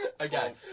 Okay